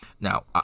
Now